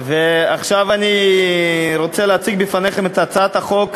עכשיו אני רוצה להציג בפניכם את הצעת חוק